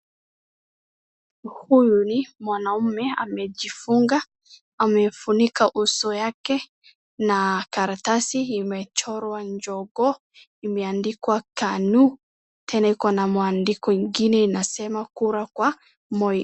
Huyu ni mwanaume amejifunga amefunika uso yake na karatasi imechorwa jogoo imeandikwa KANU tena ikona mwandiko ingine inasema kura kwa Moi.